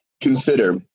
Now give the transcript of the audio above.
consider